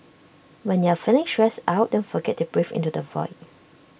when you are feeling stressed out don't forget to breathe into the void